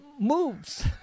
moves